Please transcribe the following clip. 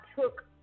took